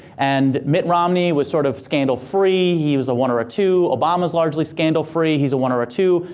and mitt romney was sort of scandal free, he was a one or a two. obama's largely scandal free, he's a one or a two.